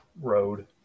road